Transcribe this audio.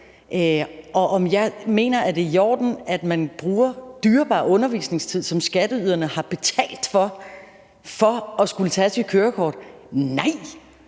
om jeg mener, det er i orden, at man bruger dyrebar undervisningstid, som skatteyderne har betalt, på at tage sit kørekort. Mit